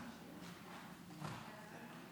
ח' בטבת התשפ"ב / 7 9 בפברואר 2022